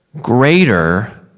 greater